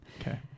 Okay